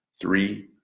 three